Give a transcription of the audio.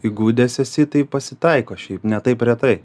įgudęs esi tai pasitaiko šiaip ne taip retai